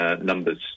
numbers